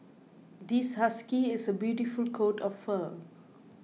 this husky has a beautiful coat of fur